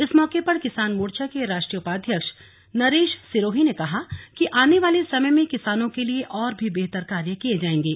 इस मौके पर किसान मोर्चा के राष्ट्रीय उपाध्यक्ष नरेश सिरोही ने कहा कि आने वाले समय में किसानों के लिए और भी बेहतर कार्य किए जाएंगे